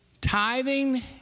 tithing